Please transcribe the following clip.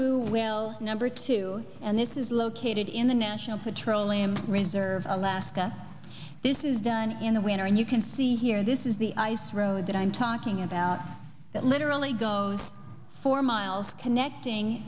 rendezvous well number two and this is located in the national petroleum reserve alaska this is done in the winter and you can see here this is the ice road that i'm talking about that literally goes for miles connecting